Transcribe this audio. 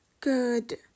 Good